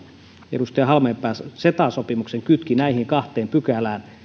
edustaja halmeenpää ceta sopimuksen kytki näihin kahteen pykälään